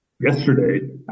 yesterday